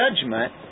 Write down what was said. judgment